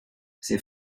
ses